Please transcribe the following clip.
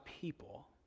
people